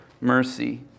mercy